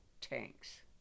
tanks